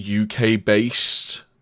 UK-based